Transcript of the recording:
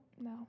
No